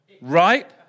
Right